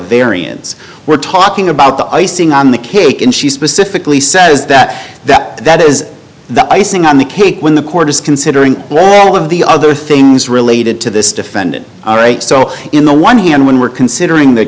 variance we're talking about the icing on the cake and she specifically says that that that is the icing on the cake when the court is considering all of the other things related to this defendant all right so in the one hand when we're considering th